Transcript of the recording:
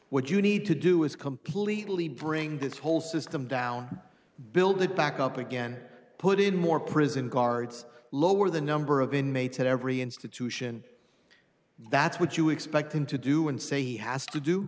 would you need to do is completely bring this whole system down build it back up again put in more prison guards lower the number of inmates in every institution that's what you expect them to do and say he has to do